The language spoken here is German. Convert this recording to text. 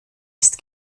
ist